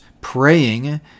praying